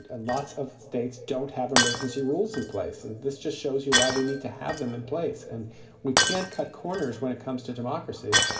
and lots of states don't have emergency rules in place. and this just shows you why we need to have them in place. and we can't cut corners when it comes to democracy.